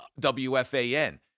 WFAN